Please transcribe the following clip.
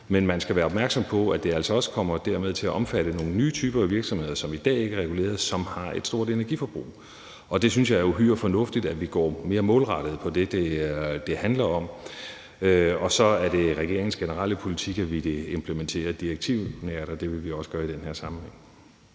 men man skal være opmærksom på, at det altså også kommer til at omfatte nogle nye typer, som i dag ikke er reguleret, og som har et stort energiforbrug, og der synes jeg, det er uhyre fornuftigt, at vi går mere målrettet efter det, det handler om. Og så er det regeringens generelle politik, at vi vil implementere direktivnært, og det vil vi også gøre i den her sammenhæng.